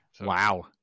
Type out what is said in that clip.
Wow